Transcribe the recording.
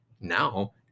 now